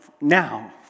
now